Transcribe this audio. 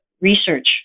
research